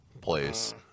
place